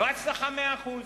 לא הצלחה מאה אחוז.